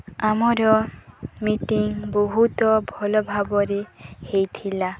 ଆମର ମିଟିଂ ବହୁତ୍ ଭଲ ଭାବରେ ହୋଇଥିଲା